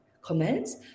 comments